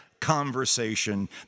conversation